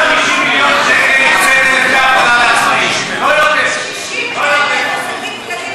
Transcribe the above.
150 מיליון שקל, לעצמאים, 60,000 עסקים קטנים